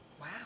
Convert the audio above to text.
Wow